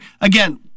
Again